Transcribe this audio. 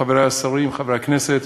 חברי השרים, חברי הכנסת,